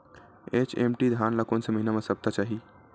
HMT धान ल कोन से महिना म सप्ता चाही?